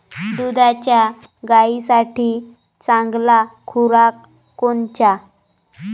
दुधाच्या गायीसाठी चांगला खुराक कोनचा?